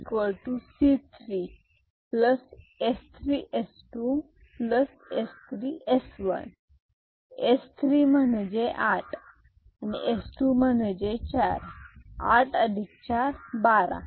Y C3 S3S2 S3S1 S3 म्हणजे आठ आणि S2 म्हणजे चार आठ अधिक चार बारा